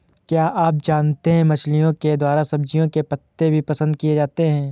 क्या आप जानते है मछलिओं के द्वारा सब्जियों के पत्ते भी पसंद किए जाते है